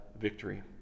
victory